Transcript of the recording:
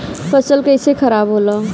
फसल कैसे खाराब होला?